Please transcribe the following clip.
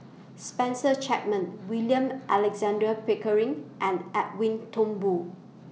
Spencer Chapman William Alexander Pickering and Edwin Thumboo